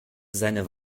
seine